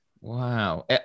Wow